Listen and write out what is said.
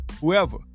whoever